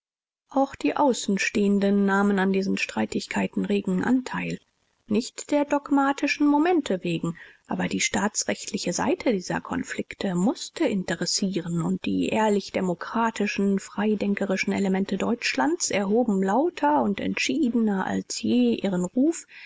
auch die außenstehenden nahmen an diesen streitigkeiten regen anteil nicht der dogmatischen momente wegen aber die staatsrechtliche seite dieser konflikte mußte interessieren und die ehrlich demokratischen freidenkerischen elemente deutschlands erhoben lauter und entschiedener als je ihren ruf